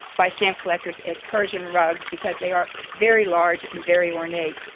by stamp collectors as persian rugs because they are very large and very ornate.